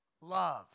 love